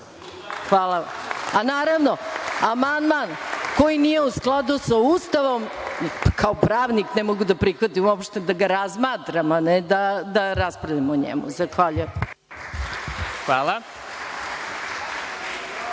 ona gej. Naravno, amandman koji nije u skladu sa Ustavom, kao pravnik ne mogu da prihvatim uopšte da ga razmatram, a ne da raspravljam o njemu. Zahvaljujem.